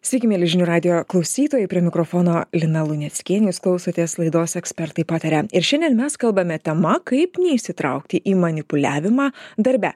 sveiki milžinių radijo klausytojai prie mikrofono lina luneckienė jūs klausotės laidos ekspertai pataria ir šiandien mes kalbame tema kaip neįsitraukti į manipuliavimą darbe